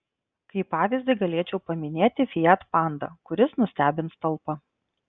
kaip pavyzdį galėčiau paminėti fiat panda kuris nustebins talpa